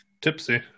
tipsy